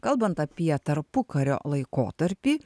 kalbant apie tarpukario laikotarpį